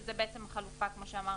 שזו בעצם החלופה לתקנות, כמו שאמרתי.